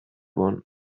one